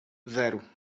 zero